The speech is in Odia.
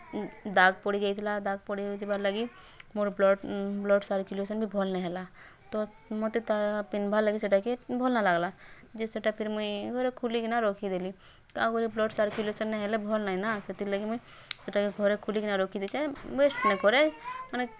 ଦାଗ୍ ପଡ଼ି ଯାଇଥିଲା ଦାଗ୍ ପଡ଼ି ଯିବାର୍ ଲାଗି ମୋର ବ୍ଲଡ଼୍ ବ୍ଲଡ଼୍ ସର୍କୁଲେସନ୍ ବି ଭଲ୍ ନାଇଁ ହେଲା ତ ମତେ ତା ପିନ୍ଧିବାର୍ ଲାଗି ସେଟା କେ ଭଲ୍ ନାଇଁ ଲାଗ୍ଲା ଯେ ସେଟା ଫେର୍ ମୁଇଁ ଘରେ ଖୁଲି କିନା ରଖି ଦେଲି କା କରି ବ୍ଲଡ଼୍ ସର୍କୁଲେସନ୍ ନାଇଁ ହେଲେ ଭଲ ନାଇଁ ନା ସେଥିଲାଗି ମୁଇଁ ସେଟା କେ ଘରେ ଖୁଲି କିନା ରଖି ଦେଇଛେ ୱେଷ୍ଟ୍ ନାଇଁ କରେ ମାନେ